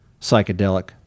psychedelic